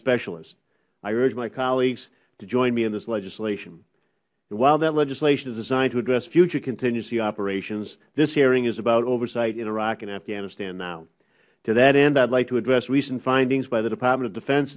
specialists i urge my colleagues to join me in this legislation while that legislation is designed to address future contingency operations this hearing is about oversight in iraq and afghanistan now to that end i would like to address recent findings by the department of defen